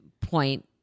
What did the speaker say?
point